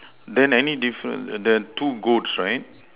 then any difference there are two goats right